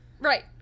Right